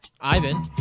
Ivan